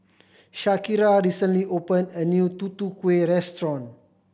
Shakira recently opened a new Tutu Kueh restaurant